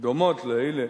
דומות לאלה